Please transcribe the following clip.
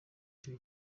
jay